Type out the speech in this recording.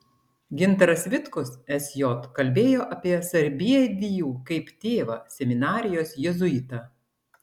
gintaras vitkus sj kalbėjo apie sarbievijų kaip tėvą seminarijos jėzuitą